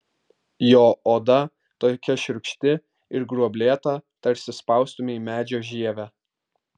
jo oda tokia šiurkšti ir gruoblėta tarsi spaustumei medžio žievę